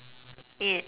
yeah